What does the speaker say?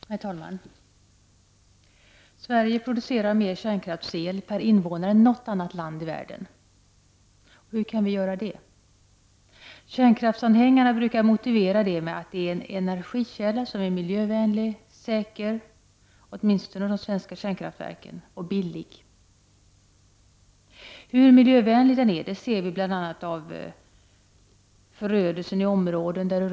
Herr talman! I Sverige producerar vi mer kärnkraftsel per invånare än något annat land i världen. Hur kan vi göra det? Kärnkraftsanhängarna brukar motivera det med att kärnkraften är miljövänlig, säker — åtminstone de svenska kärnkraftverken — och billig. Hur miljövänlig den är ser vi bl.a. av förödelsen i områden där uran bryts — Prot.